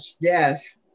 Yes